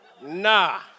Nah